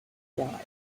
drive